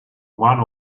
one